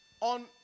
On